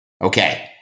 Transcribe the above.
Okay